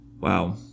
Wow